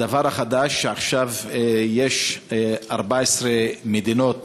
הדבר החדש, שעכשיו 14 מדינות